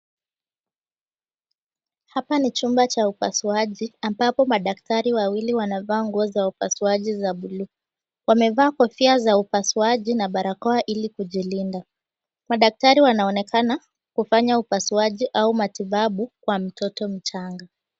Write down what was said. Hapa ni chumba cha upasuaji, ambapo madaktari wawili wanavaa nguo za upasuaji za buluu. Wamevaa kofia za upasuaji na barakoa ili kujilinda. Madaktari wanaonekana kufanya upasuaji au matibabu kwa mtoto mchanga.